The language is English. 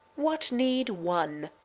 what need one?